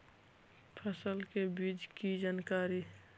फसल के बीज की जानकारी?